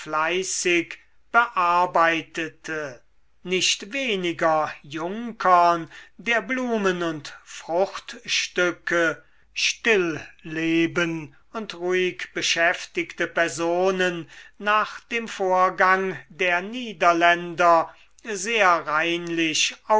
bearbeitete nicht weniger junckern der blumen und fruchtstücke stilleben und ruhig beschäftigte personen nach dem vorgang der niederländer sehr reinlich